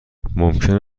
ممکن